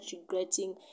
regretting